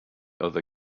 other